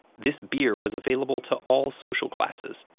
this beer was available to all social classes,